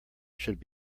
should